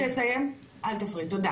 תני לי לסיים, אל תפריעי לי, תודה.